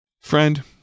Friend